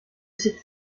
cette